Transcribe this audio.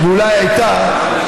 ואולי הייתה,